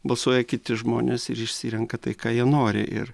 balsuoja kiti žmonės ir išsirenka tai ką jie nori ir